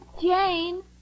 Jane